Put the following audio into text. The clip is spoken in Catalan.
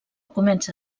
comença